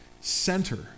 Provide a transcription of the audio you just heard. center